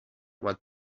what